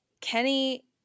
Kenny